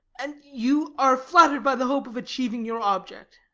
and you are flattered by the hope of achieving your object.